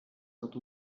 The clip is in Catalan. tot